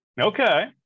Okay